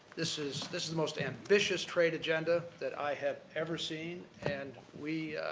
this is this is the most ambitious trade agenda that i have ever seen, and we,